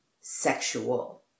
sexual